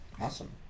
Awesome